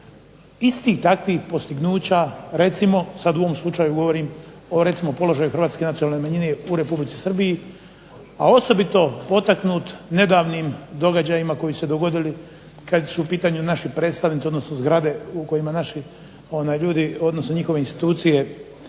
istih takvih postignuća recimo sad u ovom slučaju govorim o recimo položaju hrvatske nacionalne manjine u Republici Srbiji, a osobito potaknut nedavnim događajima koji su se dogodili kad su u pitanju naši predstavnici, odnosno zgrade u kojima naši ljudi, odnosno njihove institucije